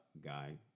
guy